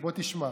בוא תשמע.